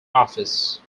office